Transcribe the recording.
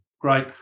great